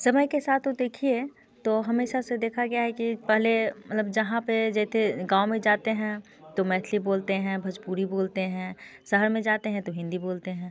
समय के साथ तो देखिए तो हमेशा से देखा गया है कि पहले मतलब जहाँ पे गाँव में जाते हैं तो मैथिली बोलते हैं भोजपुरी बोलते हैं शहर में जाते हैं तो हिंदी बोलते हैं